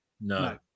No